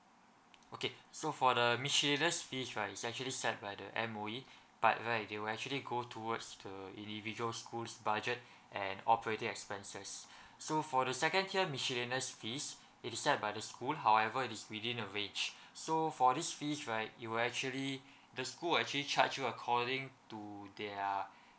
okay so for the miscellaneous fees right it's actually set by the M_O_E but the idea will actually go towards to individual school's budget and operating expenses so for the second tier miscellaneous fees it's set by the school however it's within a range so for this fees right you will actually the school actually charge you according to their